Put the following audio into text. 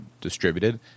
distributed